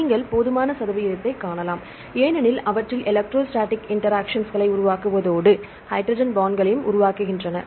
நீங்கள் போதுமான சதவீதத்தைக் காணலாம் ஏனெனில் அவை எலெக்ட்ரோஸ்டாடிக் இன்டெரெக்ஸ்ன்களை உருவாக்குவதோடு ஹைட்ரஜன் பாண்ட்களையும் உருவாக்குகின்றன